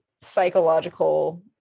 psychological